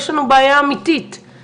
יש לנו בעיה אמיתית,